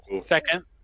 Second